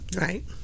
Right